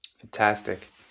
Fantastic